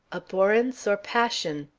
abhorrence or passion?